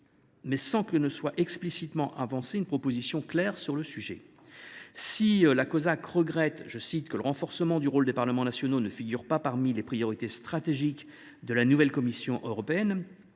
sans pour autant explicitement avancer une proposition claire. Si la Cosac regrette que le renforcement du rôle des parlements nationaux ne figure pas parmi les priorités stratégiques de la nouvelle commission européenne,